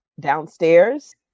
downstairs